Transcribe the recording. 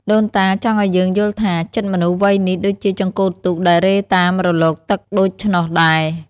ដូនតាចង់ឱ្យយើងយល់ថា ចិត្តមនុស្សវ័យនេះដូចជាចង្កូតទូកដែលរេតាមរលកទឹកដូច្នោះដែរ។